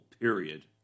period